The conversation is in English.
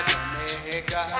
Jamaica